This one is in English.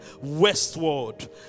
westward